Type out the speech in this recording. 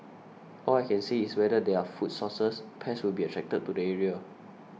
all I can say is wherever there are food sources pests will be attracted to the area